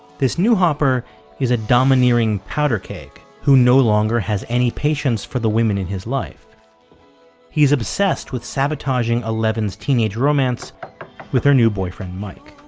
this new hopper is a domineering powder keg who no longer has any patience for the women in his life he's obsessed with sabotaging eleven's teenage romance with her new boyfriend mike